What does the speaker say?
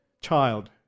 child